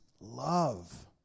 love